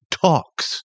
talks